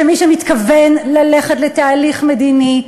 שמי שמתכוון ללכת לתהליך מדיני,